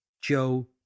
Joe